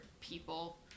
people